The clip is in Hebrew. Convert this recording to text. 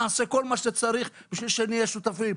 נעשה כל מה שצריך בשביל שנהיה שותפים.